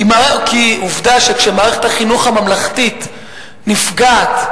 כי עובדה שכשמערכת החינוך הממלכתית נפגעת,